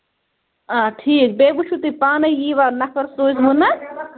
آ ٹھیٖک بیٚیہِ وُچھِو تُہۍ پانے یی وا نفر سوٗزمو نہٕ